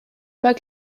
pas